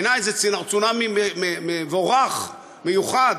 בעיני זה צונאמי מבורך, מיוחד,